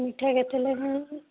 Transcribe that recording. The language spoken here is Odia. ମିଠା କେତେ ଲେଖା